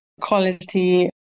quality